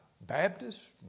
Baptists